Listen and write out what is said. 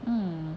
mm